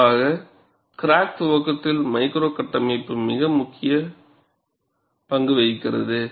குறிப்பாக கிராக் துவக்கத்தில் மைக்ரோ கட்டமைப்பு மிக முக்கிய பங்கு வகிக்கிறது